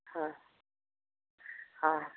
हँ हँ